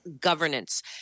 governance